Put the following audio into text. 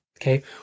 Okay